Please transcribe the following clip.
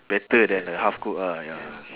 better than the half cook ah ya